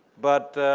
but